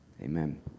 Amen